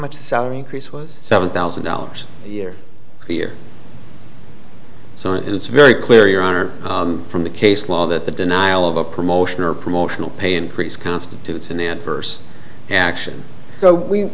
much salary increase was seven thousand dollars a year here so it's very clear your honor from the case law that the denial of a promotion or promotional pay increase constitutes an adverse action so we